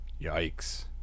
yikes